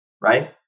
right